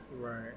Right